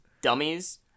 dummies